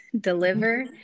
Deliver